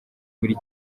buri